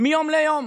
מיום ליום.